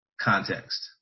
context